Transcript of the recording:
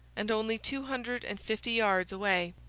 and only two hundred and fifty yards away.